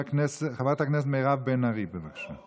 חברת הכנסת מירב בן ארי, בבקשה.